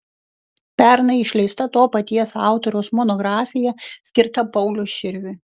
pernai išleista to paties autoriaus monografija skirta pauliui širviui